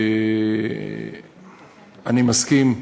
אני מסכים,